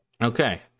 Okay